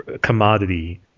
commodity